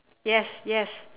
yes yes